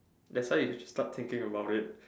that's why you should start thinking about it